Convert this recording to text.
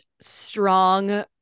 strong